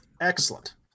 Excellent